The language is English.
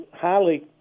highly